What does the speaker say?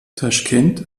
taschkent